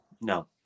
no